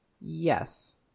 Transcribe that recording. Yes